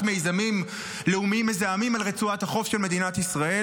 מיזמים לאומיים מזהמים על רצועת החוף של מדינת ישראל,